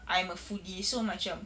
I'm a foodie so macam